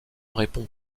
répond